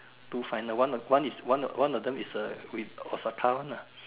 two final one of one is one of one of them is with Osaka one lah